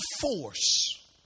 force